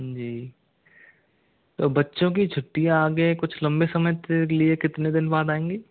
जी तो बच्चों कि छुट्टियाँ आगे कुछ लंबे समय से के लिए कितने दिन बाद आएगी